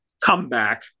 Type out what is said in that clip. comeback